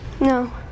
no